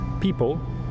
people